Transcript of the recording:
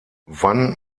wann